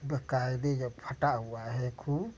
बकायदे जब फटा हुआ है खूब